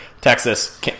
texas